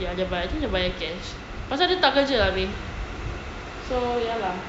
ya dia bayar I think dia bayar cash pasal dia tak kerja so ya lah